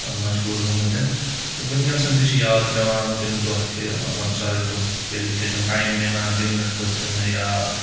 مشغوٗل گٔمٕتۍ تہٕ وٕنکؠسَن تہِ چھِ یاد پیٚوان تِم دۄہ کہِ لۄکچارٕکۍ دۄہ تِکیازِ وٕنکؠن چھُنہٕ ٹایِم مِلان گِنٛدنہٕ خٲطرٕ نہٕ یا